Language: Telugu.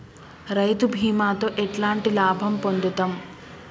రైతు బీమాతో ఎట్లాంటి లాభం పొందుతం?